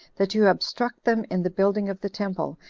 that you obstruct them in the building of the temple,